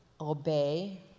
obey